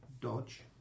dodge